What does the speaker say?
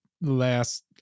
last